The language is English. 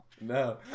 no